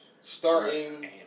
Starting